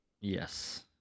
Yes